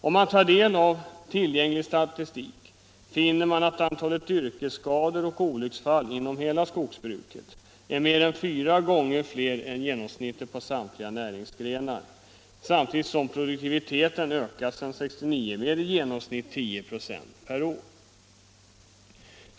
Om man tar del av tillgänglig statistik, finner man att antalet yrkesskador och olycksfall inom hela skogsbruket är mer än fyra gånger flera än genomsnittet på samtliga näringsgrenar, samtidigt som produktiviteten sedan 1969 ökat med i genomsnitt 10 96 per år.